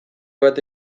bat